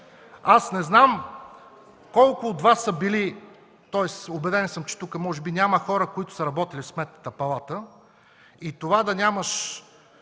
Аз не знам колко от Вас са били, тоест убеден съм, че може би тук няма хора, които са работили в Сметната палата, и това да нямаш